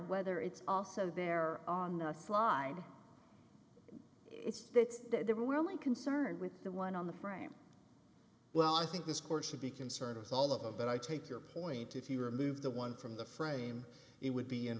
whether it's also there on the slide it's that there were only concerned with the one on the frame well i think this court should be concerned with all of that i take your point if you remove the one from the frame it would be in